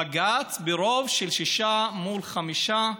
בג"ץ, ברוב של שישה מול חמישה,